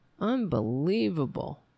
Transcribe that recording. Unbelievable